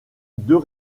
deux